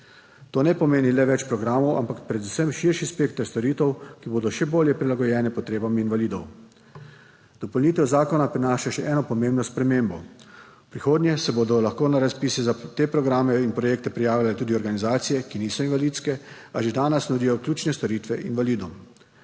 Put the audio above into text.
To ne pomeni le več programov, ampak predvsem širši spekter storitev, ki bodo še bolje prilagojene potrebam invalidov. Dopolnitev zakona prinaša še eno pomembno spremembo. V prihodnje se bodo lahko na razpise za te programe in projekte prijavljale tudi organizacije, ki niso invalidske, a že danes nudijo ključne storitve invalidom.